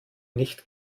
nicht